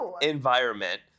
environment